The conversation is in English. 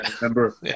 remember